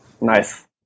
Nice